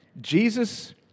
Jesus